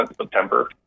September